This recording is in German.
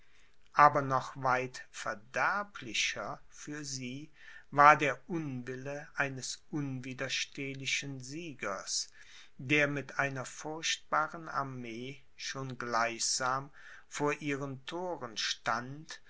aber noch weit verderblicher für sie war der unwille eines unwiderstehlichen siegers der mit einer furchtbaren armee schon gleichsam vor ihren thoren stand